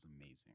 amazing